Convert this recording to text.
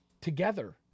together